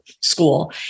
school